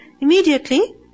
Immediately